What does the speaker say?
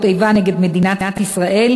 אני מקווה ששרת הבריאות לא בוחרת לעבור למשרד אחר.